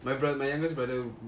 my brother my youngest brother